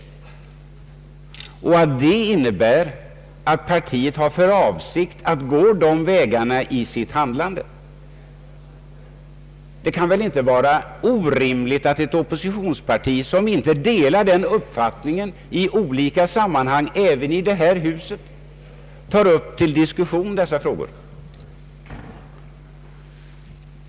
Vi har också utgått från att det innebär att partiet har för avsikt att gå de vägarna i sitt handlande. Det kan väl inte vara orimligt att ett oppositionsparti, som inte delar den uppfattningen, i olika sammanhang — även i detta hus — tar upp dessa frågor till diskussion!